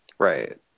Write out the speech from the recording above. Right